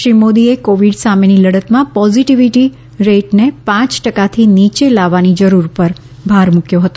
શ્રી મોદીએ કોવિડ સામેની લડતમાં પોઝિટિવિટી રેટને પાંચ ટકાથી નીચે લાવવાની જરૂર પર ભાર મૂક્યો છે